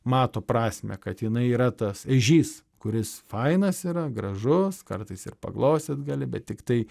mato prasmę kad jinai yra tas ežys kuris fainas yra gražus kartais ir paglostyt gali bet tiktai